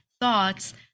thoughts